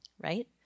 right